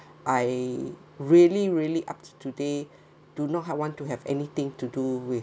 I really really up to today do not want to have anything to do with